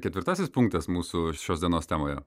ketvirtasis punktas mūsų šios dienos temoje